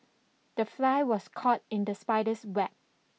the fly was caught in the spider's web